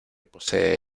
posee